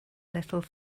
little